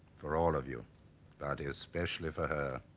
for all of you but especially for her